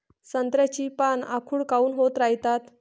संत्र्याची पान आखूड काऊन होत रायतात?